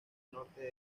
norte